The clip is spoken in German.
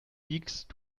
wiegst